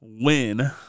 Win